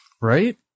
Right